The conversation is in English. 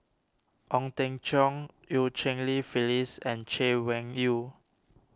Ong Teng Cheong Eu Cheng Li Phyllis and Chay Weng Yew